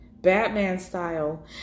Batman-style